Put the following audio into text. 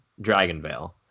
Dragonvale